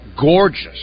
gorgeous